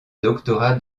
doctorat